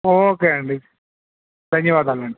okay అండి ధన్యవాదాలండి